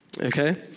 Okay